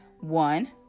one